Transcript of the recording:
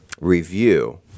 review